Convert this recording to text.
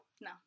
No